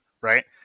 Right